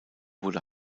wurde